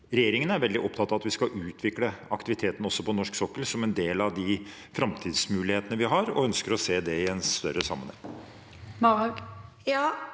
Regjeringen er veldig opptatt av at vi skal utvikle aktiviteten også på norsk sokkel, som en del av de framtidsmulighetene vi har, og ønsker å se det i en større sammenheng.